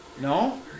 no